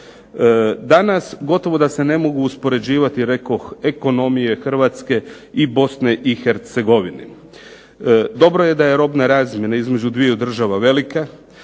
Danas gotovo da se ne mogu uspoređivati rekoh ekonomije Hrvatske i Bosne i Hercegovine. Dobro je da je robna razmjena između dviju država velika,